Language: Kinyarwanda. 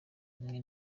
imwe